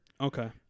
Okay